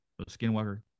skinwalker